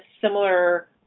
similar